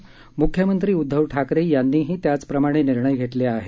म्र्ख्यमंत्री उदधव ठाकरे यांनीही त्याचप्रमाणे निर्णय घेतले आहेत